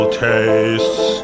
tastes